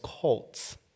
cults